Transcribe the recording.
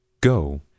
Go